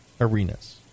arenas